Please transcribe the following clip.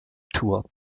tour